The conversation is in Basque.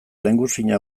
lehengusina